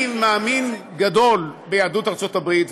אני מאמין גדול ביהדות ארצות הברית,